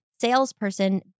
salesperson